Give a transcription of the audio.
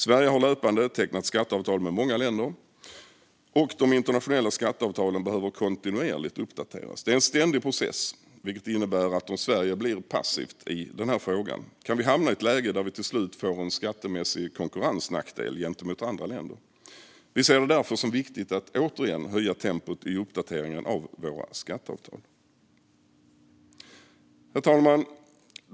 Sverige har löpande tecknat skatteavtal med många länder, och de internationella skatteavtalen behöver kontinuerligt uppdateras. Det är en ständig process. Det innebär att Sverige om vi blir passiva i den frågan kan hamna i ett läge där vi till slut får en skattemässig konkurrensnackdel gentemot andra länder. Vi ser det därför som viktigt att återigen höja tempot i uppdateringen av våra skatteavtal. Herr talman!